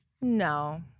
No